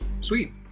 sweet